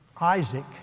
Isaac